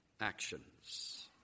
Actions